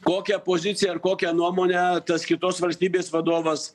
kokią poziciją ar kokią nuomonę tas kitos valstybės vadovas